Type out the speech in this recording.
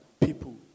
people